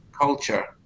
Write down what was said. culture